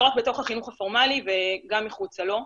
רק בחינוך הפורמלי אלא גם מחוצה לו.